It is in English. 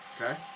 Okay